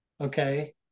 okay